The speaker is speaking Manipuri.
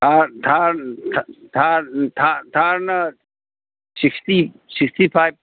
ꯊꯥꯔꯠ ꯊꯥꯔꯠꯅ ꯁꯤꯛꯁꯇꯤ ꯁꯤꯛꯁꯇꯤ ꯐꯥꯏꯕ